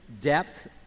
depth